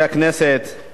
אתמול,